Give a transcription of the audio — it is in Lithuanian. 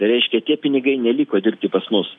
tai reiškia tie pinigai neliko dirbti pas mus